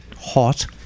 hot